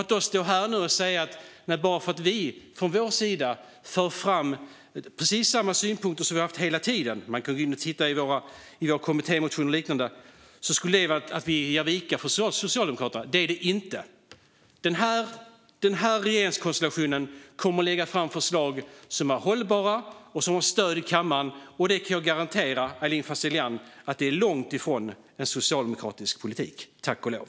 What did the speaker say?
Att då stå här nu och säga att vi bara för att vi för fram precis samma synpunkter som vi haft hela tiden - man kan titta i vår kommittémotion och liknande - ger vika för Socialdemokraterna. Det gör vi inte. Den här regeringskonstellationen kommer att lägga fram förslag som är hållbara och som har stöd i kammaren, och jag kan garantera Aylin Fazelian att det är långt från socialdemokratisk politik - tack och lov!